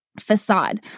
facade